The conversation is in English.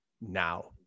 now